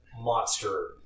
monster